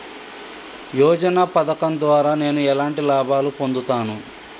యోజన పథకం ద్వారా నేను ఎలాంటి లాభాలు పొందుతాను?